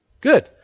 Good